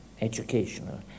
educational